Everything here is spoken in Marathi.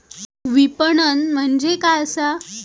विपणन म्हणजे काय असा?